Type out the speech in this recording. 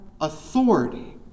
authority